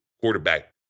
quarterback